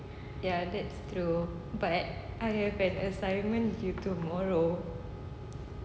ya that's true but at I have an assignment due tomorrow